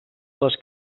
les